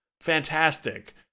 fantastic